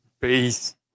Peace